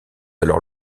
alors